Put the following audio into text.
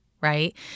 right